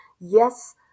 Yes